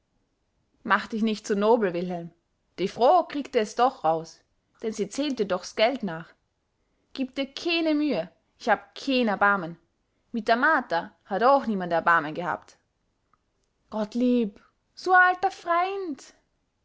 mach dich nich zu nobel wilhelm die froo kriegte es doch raus denn sie zählt dir doch s geld nach gib dir keene mühe ich hab keen erbarmen mit der martha hat ooch niemand erbarmen gehabt gottlieb su a alter freind